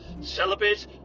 celebrate